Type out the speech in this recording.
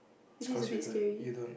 which is a bit scary